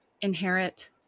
Inherit